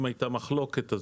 אם הייתה מחלוקת,